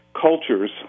cultures